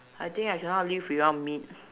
I think I cannot live without meat